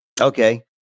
Okay